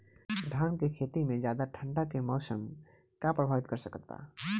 धान के खेती में ज्यादा ठंडा के मौसम का प्रभावित कर सकता बा?